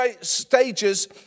stages